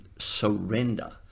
surrender